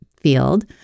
field